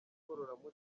ngororamuco